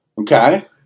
Okay